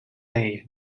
bay